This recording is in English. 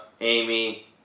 Amy